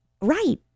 Right